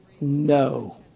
No